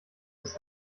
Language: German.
ist